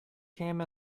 came